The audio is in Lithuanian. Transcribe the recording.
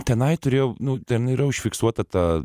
tenai turėjau nu ten yra užfiksuota ta